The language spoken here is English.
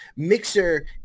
mixer